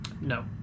No